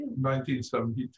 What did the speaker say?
1972